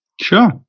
Sure